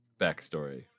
backstory